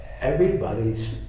everybody's